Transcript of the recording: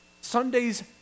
Sundays